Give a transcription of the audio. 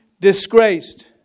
disgraced